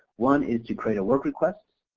one is to create a work request.